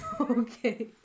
Okay